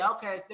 Okay